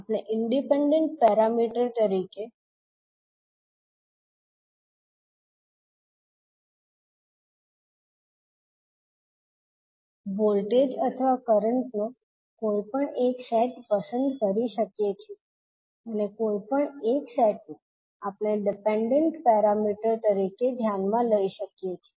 આપણે independent parameter તરીકે voltage અથવા કરંટનો કોઈપણ એક સેટ પસંદ કરી શકીએ છીએ અને કોઈપણ એક સેટને આપણે ડિપેન્ડન્ટ પેરામીટર તરીકે ધ્યાનમાં લઈ શકીએ છીએ